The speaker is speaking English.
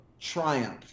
triumph